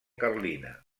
carlina